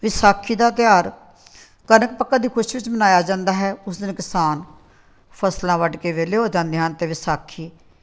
ਵਿਸਾਖੀ ਦਾ ਤਿਉਹਾਰ ਕਣਕ ਪੱਕਣ ਦੀ ਖੁਸ਼ੀ ਵਿੱਚ ਮਨਾਇਆ ਜਾਂਦਾ ਹੈ ਉਸ ਦਿਨ ਕਿਸਾਨ ਫਸਲਾਂ ਵੱਢ ਕੇ ਵਿਹਲੇ ਹੋ ਜਾਂਦੇ ਹਨ ਅਤੇ ਵਿਸਾਖੀ